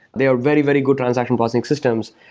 they're very, very good transaction processing systems.